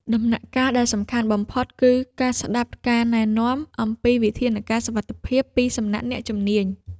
ដំណាក់កាលដែលសំខាន់បំផុត គឺការស្ដាប់ការណែនាំអំពីវិធានការសុវត្ថិភាពពីសំណាក់អ្នកជំនាញ។